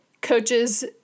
coaches